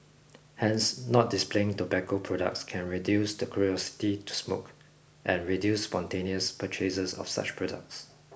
Hence not displaying tobacco products can reduce the curiosity to smoke and reduce spontaneous purchases of such products